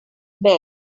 bare